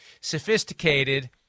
sophisticated